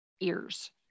ears